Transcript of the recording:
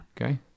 Okay